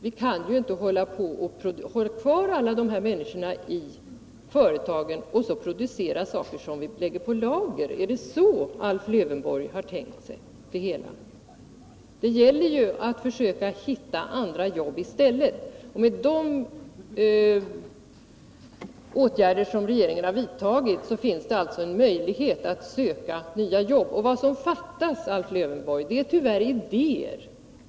Vi kan ju inte hålla kvar alla dessa människor i företagen och producera varor som vi lägger på lager. Är det så Alf Lövenborg har tänkt sig det hela? Det gäller ju att försöka hitta andra arbeten i stället. De åtgärder som regeringen har vidtagit medför alltså att man har möjlighet att söka nya arbeten. Vad som fattas, Alf Lövenborg, är ty värr idéer.